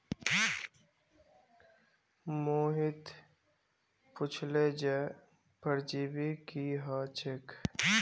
मोहित पुछले जे परजीवी की ह छेक